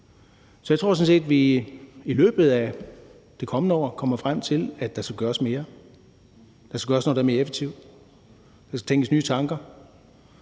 Så jeg tror sådan set, vi i løbet af det kommende år kommer frem til, at der skal gøres mere. Der skal gøres noget, der er mere effektivt. Der skal tænkes nye tanker,